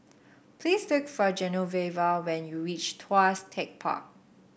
please look for Genoveva when you reach Tuas Tech Park